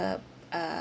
uh